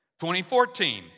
2014